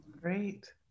Great